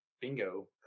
bingo